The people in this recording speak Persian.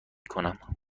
کنم